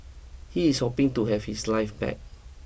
he is hoping to have his life back